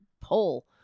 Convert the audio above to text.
pull